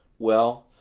well,